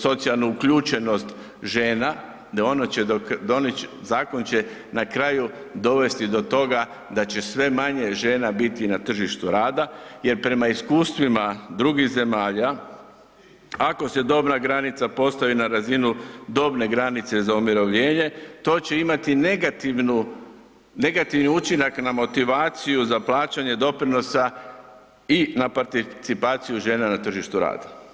socijalnu uključenost žena, zakon će na kraju dovesti do toga da će sve manje žena biti na tržištu rada jer prema iskustvima drugih zemalja ako se dobna granica postavi na razinu dobne granice za umirovljenje, to će imati negativni učinak na motivaciju za plaćanje doprinosa i na participaciju žena na tržištu rada.